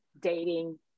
dating